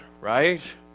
right